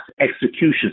execution